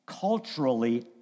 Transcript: culturally